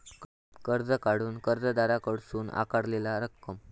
कर्ज काढूक कर्जदाराकडसून आकारलेला रक्कम